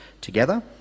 together